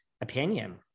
opinion